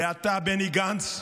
ואתה, בני גנץ,